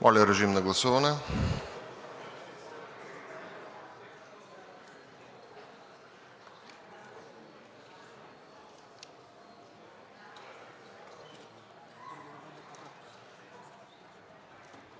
Моля, режим на гласуване.